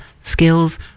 skills